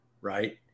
right